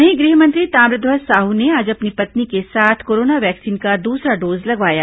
वहीं गृह मंत्री ताम्रध्वज साहू ने आज अपनी पत्नी के साथ कोरोना वैक्सीन का दूसरा डोज लगवाया